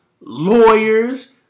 lawyers